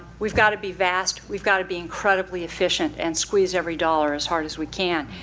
we've got to be vast, we've got to be incredibly efficient, and squeeze every dollar as hard as we can.